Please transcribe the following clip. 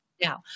now